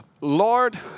Lord